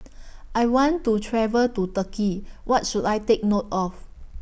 I want to travel to Turkey What should I Take note of